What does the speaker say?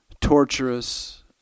torturous